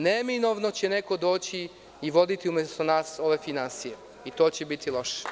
Neminovno će neko doći i voditi umesto nas ove finansije i to će biti loše.